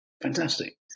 fantastic